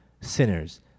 sinners